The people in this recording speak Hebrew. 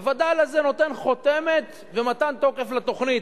הווד"ל הזה נותן חותמת ומתן תוקף לתוכנית.